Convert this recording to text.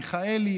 מיכאלי,